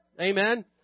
Amen